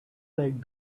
liked